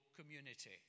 community